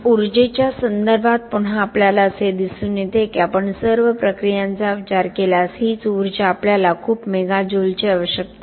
उर्जेच्या संदर्भात पुन्हा आपल्याला असे दिसून येते की आपण सर्व प्रक्रियांचा विचार केल्यास हीच ऊर्जा आपल्याला खूप मेगा जूलची आवश्यकता आहे